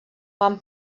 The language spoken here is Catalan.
van